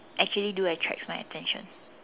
actually do attracts my attention